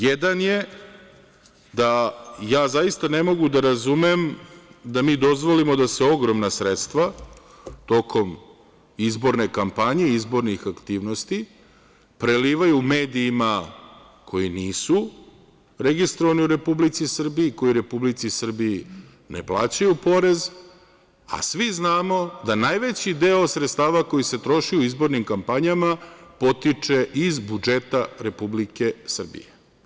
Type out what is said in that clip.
Jedan je da ja zaista ne mogu da razumem da mi dozvolimo da se ogromna sredstva tokom izborne kampanje i izbornih aktivnosti prelivaju u medijima koji nisu registrovani u Republici Srbiji, koji u Republici Srbiji ne plaćaju porez, a svi znamo da najveći deo sredstava koji se troši u izbornim kampanjama potiče iz budžeta Republike Srbije.